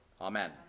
Amen